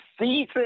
season